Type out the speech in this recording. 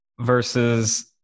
versus –